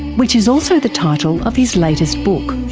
which is also the title of his latest book.